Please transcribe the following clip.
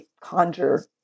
conjure